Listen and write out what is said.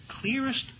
clearest